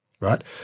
right